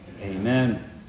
Amen